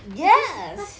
yes